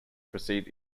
proceed